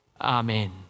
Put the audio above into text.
Amen